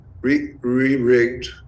re-rigged